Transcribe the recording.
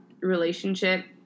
relationship